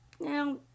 Now